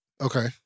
Okay